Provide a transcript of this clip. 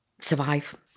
survive